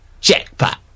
Jackpot